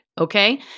Okay